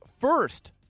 first